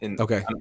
Okay